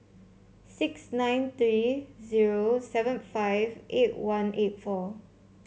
six nine three v seven five eight one eight four